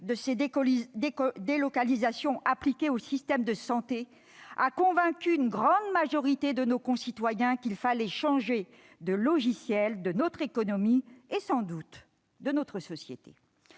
Leur terrible impact, appliqué au système de santé, a convaincu une grande majorité de nos concitoyens qu'il fallait changer de logiciel pour notre économie et, sans doute, pour notre société.